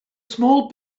small